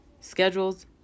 Schedules